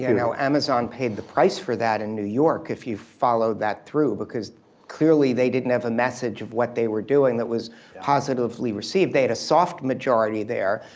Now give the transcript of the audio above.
you know amazon paid the price for that in new york, if you follow that through because clearly, they didn't have a message of what they were doing that was positively received. they had a soft majority there,